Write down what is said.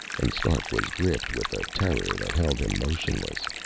and stark was gripped with a terror that held him motionless.